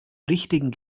richtigen